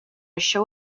show